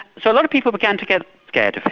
so a lot of people began to get scared